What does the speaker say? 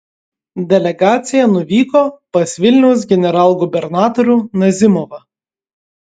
delegacija nuvyko pas vilniaus generalgubernatorių nazimovą